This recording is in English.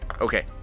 Okay